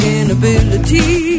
inability